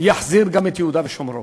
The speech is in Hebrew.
יחזיר גם את יהודה ושומרון.